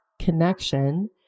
connection